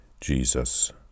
Jesus